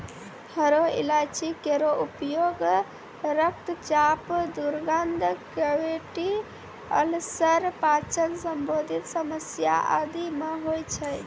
हरो इलायची केरो उपयोग रक्तचाप, दुर्गंध, कैविटी अल्सर, पाचन संबंधी समस्या आदि म होय छै